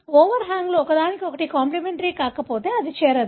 ఓవర్హాంగ్లు ఒకదానికొకటి కాంప్లిమెంటరీ కాకపోతే అది చేరదు